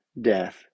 death